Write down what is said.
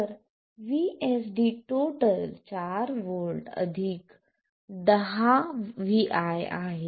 तर VSD 4 V 10 vi आहे